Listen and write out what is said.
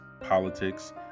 politics